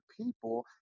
people